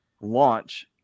launch